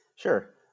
Sure